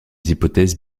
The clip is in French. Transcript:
hypothèses